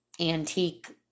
antique